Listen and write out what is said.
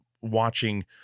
watching